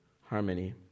harmony